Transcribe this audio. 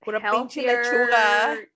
healthier